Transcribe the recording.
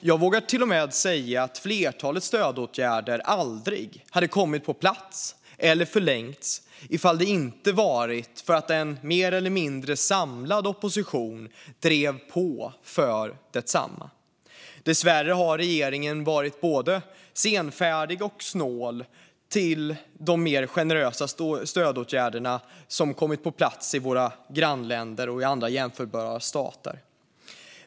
Jag vågar till och med säga att flertalet stödåtgärder aldrig hade kommit på plats eller förlängts om det inte varit för att en mer eller mindre samlad opposition drev på för detsamma. Dessvärre har regeringen varit både senfärdig och snål sett till de mer generösa stödåtgärder som kom på plats i våra grannländer och i andra jämförbara stater.